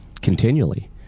continually